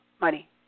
Money